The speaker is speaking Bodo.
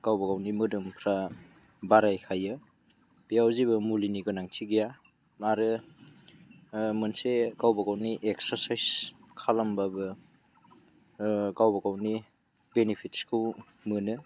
गावबा गावनि मोदोमफ्रा बारायखायो बेयाव जेबो मुलिनि गोनांथि गैया आरो मोनसे गावबा गावनि एक्सारसाइस खालामब्लाबो गावबा गावनि बेनिफिट्सखौ मोनो